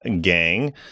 gang